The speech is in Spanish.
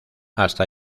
hasta